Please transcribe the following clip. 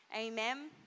Amen